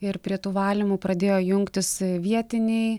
ir prie tų valymų pradėjo jungtis vietiniai